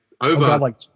over –